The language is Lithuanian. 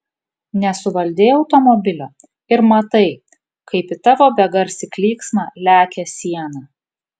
nesuvaldei automobilio ir matai kaip į tavo begarsį klyksmą lekia siena